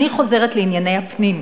אני חוזרת לענייני הפנים,